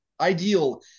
ideal